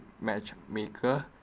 matchmaker